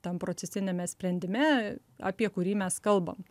tam procesiniame sprendime apie kurį mes kalbam